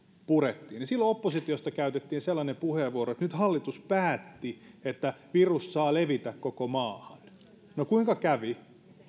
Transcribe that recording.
purettiin niin oppositiosta käytettiin sellainen puheenvuoro että nyt hallitus päätti että virus saa levitä koko maahan no kuinka kävi